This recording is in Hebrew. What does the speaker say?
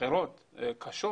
אחרות קשות.